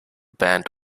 band